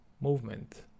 movement